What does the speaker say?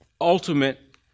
ultimate